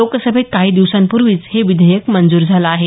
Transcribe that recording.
लोकसभेत काही दिवसांपूर्वीच हे विधेयक मंजूर झालं आहे